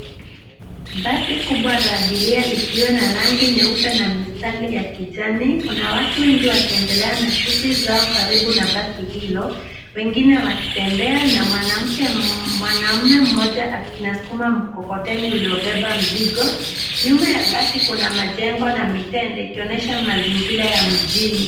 Basi kubwa la abiria likiwa na rangi nyeupe na mistari ya kijani. Kuna watu wengi wakiendelea na shughuli zao karibu na basi hilo, wengine wakitembea na mwanaume mmoja anasukuma mkokoteni uliobeba mzigo. Nyuma ya basi kuna majengo na mitende ikionyesha mazingira ya mjini.